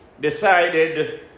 decided